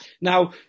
Now